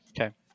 okay